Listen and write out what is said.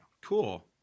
Cool